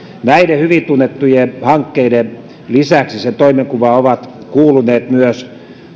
näiden hyvin tunnettujen hankkeiden lisäksi sen toimenkuvaan ovat kuuluneet myös